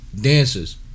dancers